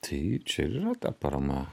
tai čia ir yra ta parama